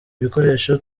ibikoresho